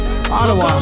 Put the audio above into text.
Ottawa